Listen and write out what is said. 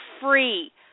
free